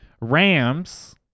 Rams